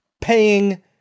Paying